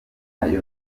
yongeye